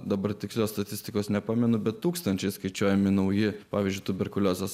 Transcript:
dabar tikslios statistikos nepamenu bet tūkstančiais skaičiuojami nauji pavyzdžiui tuberkuliozės